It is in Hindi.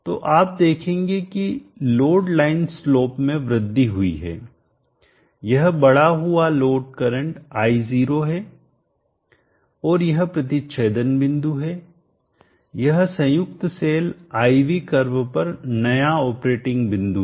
तो आप देखेंगे कि लोड लाइन स्लोप में वृद्धि हुई है यह बढ़ा हुआ लोड करंट I0 है और यह प्रतिच्छेदन बिंदु है यह संयुक्त सेल I V कर्व पर नया ऑपरेटिंग बिंदु है